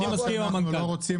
אני מסכים עם המנכ"ל.